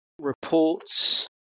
reports